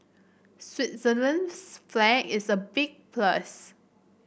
Switzerland's flag is a big plus